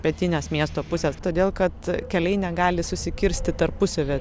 pietinės miesto pusės todėl kad keliai negali susikirsti tarpusavyje